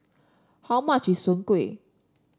how much is Soon Kueh